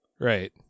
Right